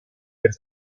per